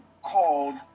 called